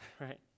right